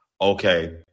Okay